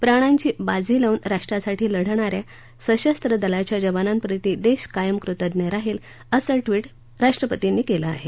प्राणांची बाजी लावून राष्ट्रासाठी लढणाऱ्या सशस्त्र दलाच्या जवानांप्रती देश कायम कृतज्ञ राहील असं ट्विट राष्ट्रपर्तींनी केलं आहे